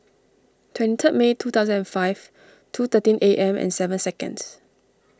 twenty third May two thousand and five two thirteen A M and seven seconds